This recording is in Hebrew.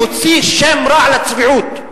מוציא שם רע לצביעות.